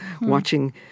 watching